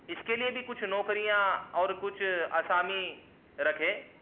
اس کے لیے بھی کچھ نوکریاں اور کچھ اسامی رکھے